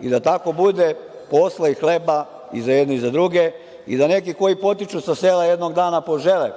i da tako bude posla i hleba i za jedne i za druge i da neki koji potiču sa sela jednog dana požele